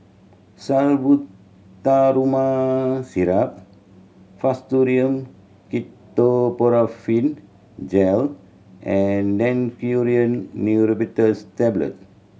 Salbutamol Syrup Fastum Ketoprofen Gel and Daneuron Neurobion Tablet